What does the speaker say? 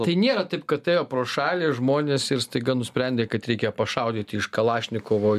tai nėra taip kad ėjo pro šalį žmonės ir staiga nusprendė kad reikia pašaudyti iš kalašnikovo